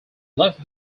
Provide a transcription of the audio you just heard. left